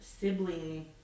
sibling